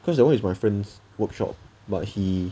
cause that [one] is my friends workshop but he